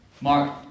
Mark